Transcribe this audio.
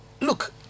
look